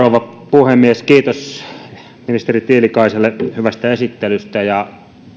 puhemies kiitos ministeri tiilikaiselle hyvästä esittelystä ja